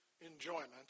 enjoyment